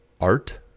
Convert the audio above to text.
art